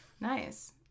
nice